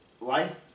Life